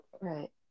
Right